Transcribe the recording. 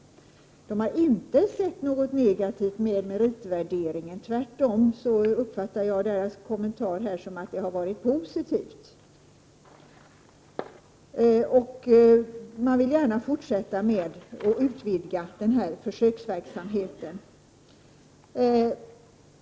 — Man har inte sett något negativt när det gäller meritvärderingen. Tvärtom uppfattar jag deras kommentar som att det har varit positivt. Man vill också gärna fortsätta och utvidga försöksverksamheten.